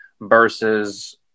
versus